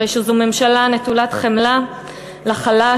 הרי שזו ממשלה נטולת חמלה לחלש,